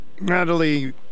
Natalie